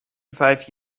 five